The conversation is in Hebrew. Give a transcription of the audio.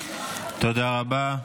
תודה רבה.